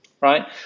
right